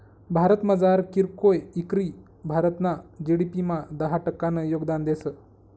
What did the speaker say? भारतमझार कीरकोय इकरी भारतना जी.डी.पी मा दहा टक्कानं योगदान देस